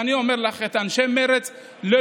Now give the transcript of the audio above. ואני אומר לך, את אנשי מרצ לדורותיהם,